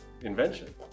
invention